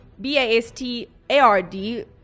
B-A-S-T-A-R-D